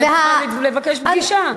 היית צריכה לבקש פגישה.